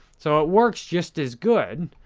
so, it works just as good